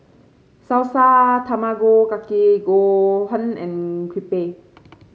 Salsa Tamago Kake Gohan and Crepe